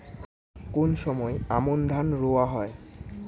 কোন সময় আমন ধান রোয়া হয়?